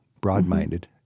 broad-minded